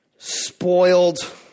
spoiled